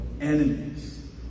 enemies